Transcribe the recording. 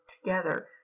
together